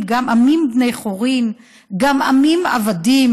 / גם עמים בני חורין / גם עמים עבדים,